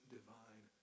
divine